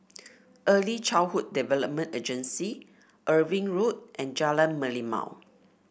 Early Childhood Development Agency Irving Road and Jalan Merlimau